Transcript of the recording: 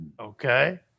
Okay